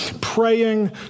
praying